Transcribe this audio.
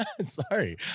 Sorry